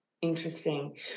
interesting